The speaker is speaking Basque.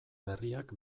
berriak